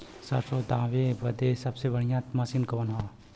सरसों दावे बदे सबसे बढ़ियां मसिन कवन बा?